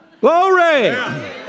Glory